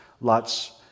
lots